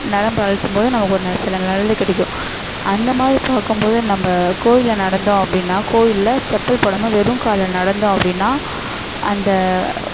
நரம்பை அழுத்தும் போது நமக்கு ஒரு ந சில நல்லது கிடைக்கும் அந்த மாதிரி பார்க்கும் போது நம்ம கோயிலில் நடந்தோம் அப்படினா கோயிலில் செப்பல் போடாமல் வெறும் காலில் நடந்தோம் அப்படினா அந்த